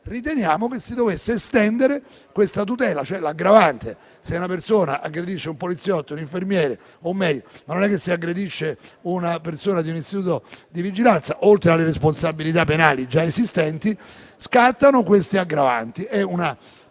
riteniamo che si dovesse estendere questa tutela, cioè l'aggravante prevista nel caso una persona aggredisca un poliziotto, un infermiere o un medico: anche nel caso ad essere aggredita sia una persona di un istituto di vigilanza, oltre alle responsabilità penali già esistenti, scattano queste aggravanti.